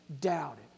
doubted